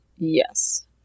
Yes